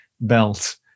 belt